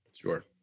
Sure